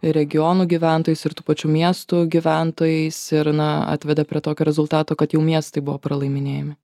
regionų gyventojais ir tų pačių miestų gyventojais ir na atvedė prie tokio rezultato kad jau miestai buvo pralaimėjami